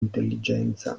intelligenza